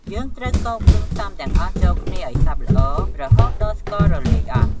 យើងត្រូវកូរគ្រឿងផ្សំទាំងអស់ចូលគ្នាឱ្យសព្វល្អ រហូតដល់ស្កររលាយអស់។